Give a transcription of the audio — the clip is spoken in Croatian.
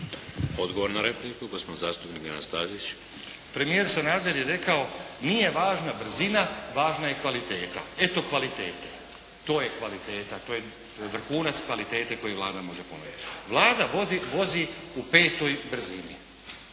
Odgovor na repliku gospodin zastupnik Nenad Stazić. **Stazić, Nenad (SDP)** Premijer Sanader je rekao nije važna brzina, važna je kvaliteta. Eto kvalitete, to je kvaliteta, to je vrhunac kvalitete koji Vlada može ponuditi. Vlada vozi u petoj brzini.